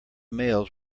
mails